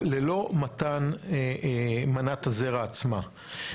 ללא מתן מנת הזרע עצמה.